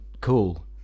cool